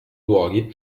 luoghi